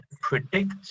predict